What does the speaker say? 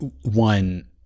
one